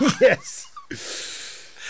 Yes